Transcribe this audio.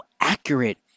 accurate